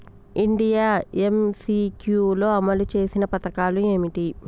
India MCQ లో అమలు చేసిన పథకాలు ఏమిటి?